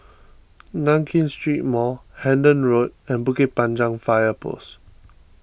Nankin Street Mall Hendon Road and Bukit Panjang Fire Post